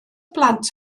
blant